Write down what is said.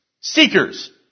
Seekers